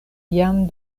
jam